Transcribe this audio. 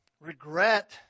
Regret